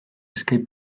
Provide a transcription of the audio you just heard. escape